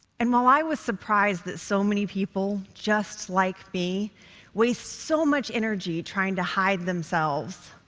and while i was surprised that so many people just like me waste so much energy trying to hide themselves,